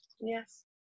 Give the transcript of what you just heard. Yes